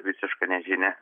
visiška nežinia